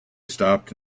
stopped